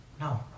No